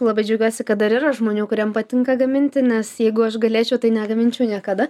labai džiaugiuosi kad dar yra žmonių kuriem patinka gaminti nes jeigu aš galėčiau tai negaminčiau niekada